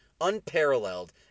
unparalleled